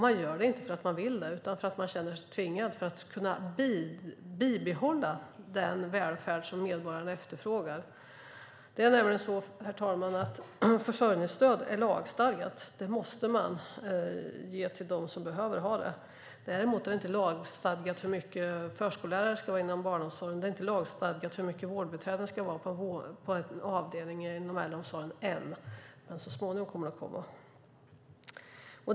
Man gör det inte därför att man vill det utan därför att man känner sig tvingad för att kunna bibehålla den välfärd som medborgarna efterfrågar. Herr talman! Det är nämligen så att försörjningsstöd är lagstadgat. Det måste man ge till dem som behöver ha det. Däremot är det inte lagstadgat hur många förskollärare det ska vara inom barnomsorgen, och det är inte lagstadgat hur många vårdbiträden det ska vara på en avdelning inom äldreomsorgen än, men det kommer så småningom.